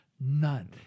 None